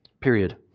Period